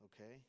Okay